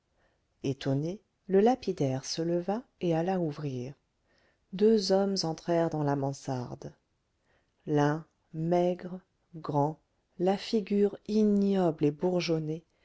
étonné le lapidaire se leva et alla ouvrir deux hommes entrèrent dans la mansarde l'un maigre grand la figure ignoble et bourgeonnée